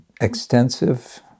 extensive